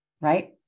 Right